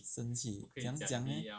生气怎么样讲 leh